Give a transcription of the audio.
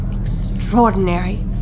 Extraordinary